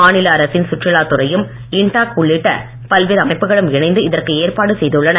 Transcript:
மாநில அரசின் சுற்றுலாத்துறையும் இன்டாக் உள்ளிட்ட பல்வேறு அமைப்புகளும் இணைந்து இதற்கு ஏற்பாடு செய்துள்ளன